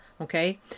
Okay